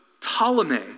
Ptolemy